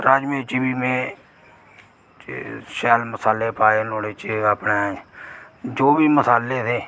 राजमां च बी में शैल मसाले पाए नुआढ़े च अपने जो बी मसाले हे